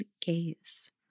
gaze